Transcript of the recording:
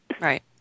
Right